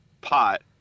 pot